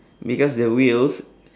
because the wheels